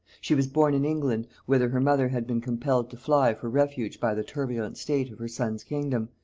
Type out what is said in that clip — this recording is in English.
she was born in england, whither her mother had been compelled to fly for refuge by the turbulent state of her son's kingdom,